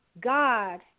God